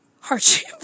hardship